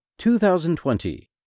2020